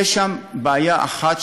יש שם בעיה אחת,